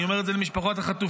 אני אומר את זה למשפחות החטופים.